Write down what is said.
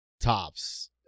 tops